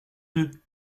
deux